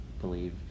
believe